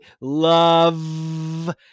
love